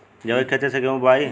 जैविक खेती से गेहूँ बोवाई